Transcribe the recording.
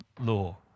law